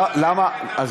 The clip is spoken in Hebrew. בפרלמנט מדברים.